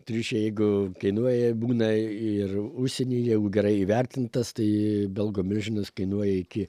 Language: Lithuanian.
triušiai jeigu kainuoja būna ir užsienyje gerai įvertintas tai belgų milžinas kainuoja iki